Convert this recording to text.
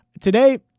today